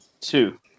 Two